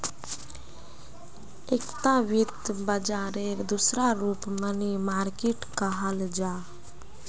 एकता वित्त बाजारेर दूसरा रूप मनी मार्किट कहाल जाहा